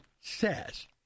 says